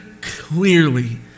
clearly